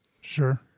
sure